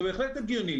זה בהחלט הגיוני,